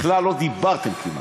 בכלל לא דיברתם כמעט.